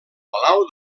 palau